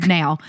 now